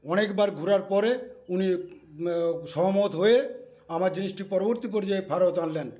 অনেকবার ঘোরার পরে উনি সহমত হয়ে আমার জিনিসটি পরবর্তী পর্যায়ে ফেরত আনলেন